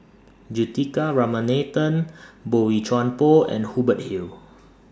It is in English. Juthika Ramanathan Boey Chuan Poh and Hubert Hill